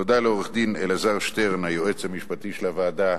תודה לעורך-הדין אלעזר שטרן, היועץ המשפטי לוועדה,